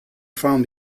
found